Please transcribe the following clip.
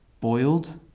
boiled